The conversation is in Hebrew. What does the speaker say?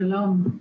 שלום.